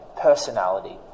personality